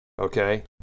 Okay